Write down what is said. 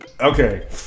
Okay